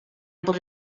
able